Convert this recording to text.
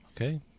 Okay